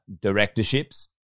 Directorships